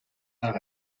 naar